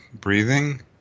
breathing